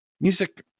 music